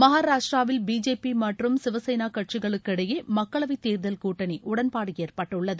மகாராஷ்டிராவில் பிஜேபி மற்றும் சிவசேனா கட்சிகளுக்கிடையே மக்களவை தேர்தல் கூட்டணி உடன்பாடு ஏற்பட்டுள்ளது